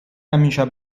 camicia